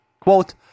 Quote